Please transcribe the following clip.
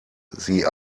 sie